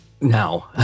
now